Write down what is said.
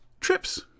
trips